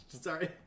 Sorry